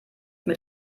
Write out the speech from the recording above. mit